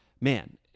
man